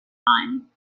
time